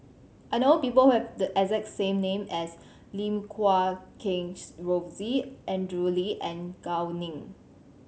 I know people who have the exact same name as Lim Guat Kheng Rosie Andrew Lee and Gao Ning